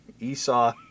Esau